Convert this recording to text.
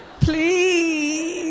Please